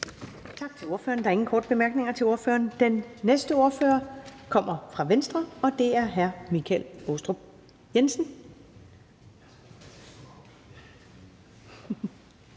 Tak til ordføreren. Der er ingen korte bemærkninger til ordføreren. Den næste ordfører kommer fra Venstre, og det er hr. Michael Aastrup Jensen.